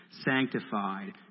sanctified